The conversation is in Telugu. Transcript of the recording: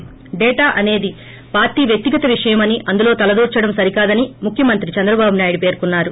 ి స్టేటా అనేది పార్టీ వ్యక్తిగత విషయమని అందులో తలదూర్చడం సరికాదని ముఖ్యమంత్రి చంద్రబాబు నాయుడు పేర్కొన్నారు